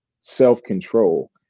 self-control